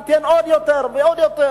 ניתן עוד יותר ועוד יותר,